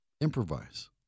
improvise